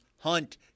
Hunt